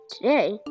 Today